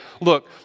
look